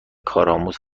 کارآموز